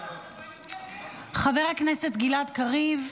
חבר הכנסת גלעד קריב,